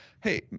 Hey